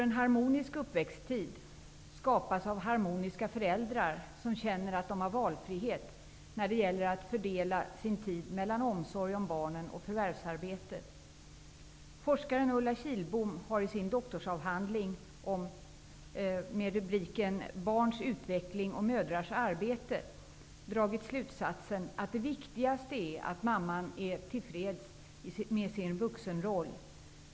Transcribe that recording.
En harmonisk uppväxttid skapas av harmoniska föräldrar, som känner att de har valfrihet när det gäller att fördela sin tid mellan omsorg om barnen och förvärvsarbete. Forskaren Ulla Kihlbom har i sin doktorsavhandling ''Barns utveckling och mödrars arbete'' dragit slutsatsen att det viktigaste är att mamman är till freds med sin vuxenroll.